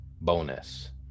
bonus